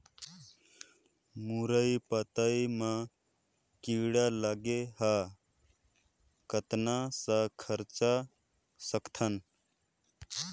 मुरई पतई म कीड़ा लगे ह कतना स बचा सकथन?